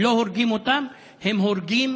הם לא הורגים אותם, הם הורגים